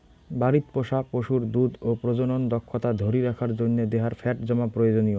বাড়িত পোষা পশুর দুধ ও প্রজনন দক্ষতা ধরি রাখার জইন্যে দেহার ফ্যাট জমা প্রয়োজনীয়